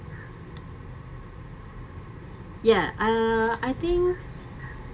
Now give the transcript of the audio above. ya uh I think